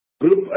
Group